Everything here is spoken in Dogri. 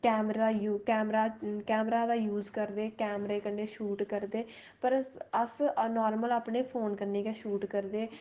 कैमरा यूज कैमरा कैमरा दा यूज करदे कैमरे कन्नै शूट करदे पर अस नार्मल अपने फोन कन्नै गै शूट करदे